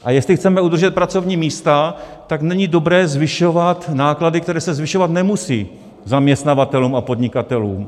A jestli chceme udržet pracovní místa, tak není dobré zvyšovat náklady, které se zvyšovat nemusí, zaměstnavatelům a podnikatelům.